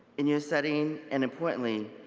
in your setting and importantly,